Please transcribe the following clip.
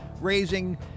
raising